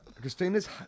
Christina's